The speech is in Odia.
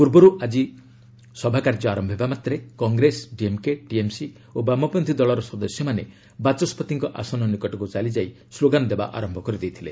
ପୂର୍ବରୁ ଆଜି ସଭା କାର୍ଯ୍ୟ ଆରମ୍ଭ ହେବା ମାତ୍ରେ କଂଗ୍ରେସ ଡିଏମ୍କେ ଟିଏମ୍ସି ଓ ବାମପତ୍ରୀ ଦଳର ସଦସ୍ୟମାନେ ବାଚସ୍କତିଙ୍କ ଆସନ ନିକଟକୁ ଚାଲିଯାଇ ସ୍ଲୋଗାନ ଦେବା ଆରମ୍ଭ କରିଦେଇଥିଲେ